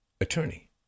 attorney